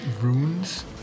Runes